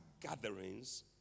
gatherings